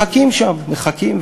מחכים שם, מחכים.